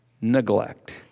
neglect